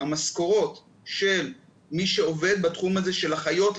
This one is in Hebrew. המשכורות של מי שעובד בתחום הזה של אחיות,